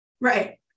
Right